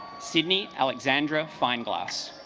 sydney alexandra fine glass